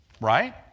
Right